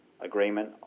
Agreement